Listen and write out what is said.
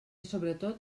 sobretot